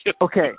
Okay